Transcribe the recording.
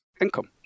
income